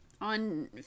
on